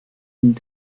und